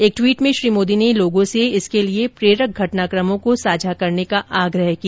एक ट्वीट में श्री मोदी ने लोगों से इसके लिए प्रेरक घटनाक़मों को साझा करने का आग्रह किया